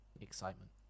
excitement